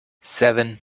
seven